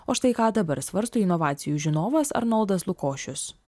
o štai ką dabar svarsto inovacijų žinovas arnoldas lukošius